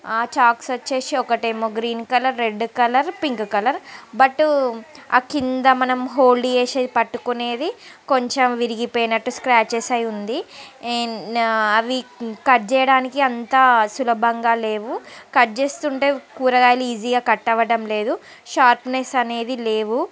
chalks వచ్చేసి ఒకటేమో green colour red colour pink colour but ఆ క్రింద మనం హోల్డ్ చేసేది పట్టుకునేది కొంచెం విరిగిపోయినట్టు స్క్రాచెస్ అయి ఉంది అవి కట్ చేయడానికి అంతా సులభంగా లేవు కట్ చేస్తుంటే కూరగాయలు ఈజీగా కట్ అవ్వడం లేదు షార్ప్నెస్ అనేది లేవు